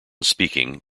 speaking